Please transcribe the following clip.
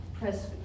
press